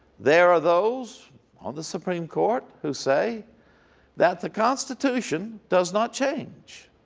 there are those on the supreme court who say that the constitution does not change.